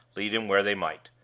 lead him where they might.